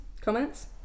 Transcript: Comments